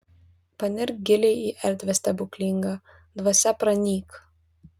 panirk giliai į erdvę stebuklingą dvasia pranyk